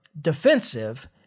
defensive